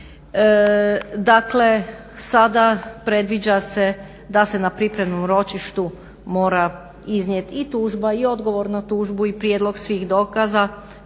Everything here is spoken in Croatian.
Dakle, sada predviđa se da se na pripremnom ročištu mora iznijet i tužba i odgovor na tužbu i prijedlog svih dokaza